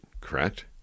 correct